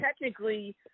technically